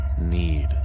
need